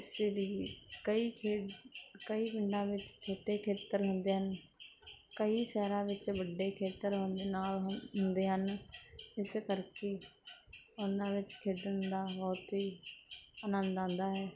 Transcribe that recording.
ਇਸ ਲਈ ਕਈ ਖੇ ਕਈ ਪਿੰਡਾਂ ਵਿੱਚ ਛੋਟੇ ਖੇਤਰ ਹੁੰਦੇ ਹਨ ਕਈ ਸ਼ਹਿਰਾਂ ਵਿੱਚ ਵੱਡੇ ਖੇਤਰ ਦੇ ਨਾਲ ਹੁੰਦੇ ਹਨ ਇਸ ਕਰਕੇ ਉਹਨਾਂ ਵਿੱਚ ਖੇਡਣ ਦਾ ਬਹੁਤ ਹੀ ਆਨੰਦ ਆਉਂਦਾ ਹੈ